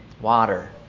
water